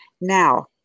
Now